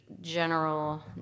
general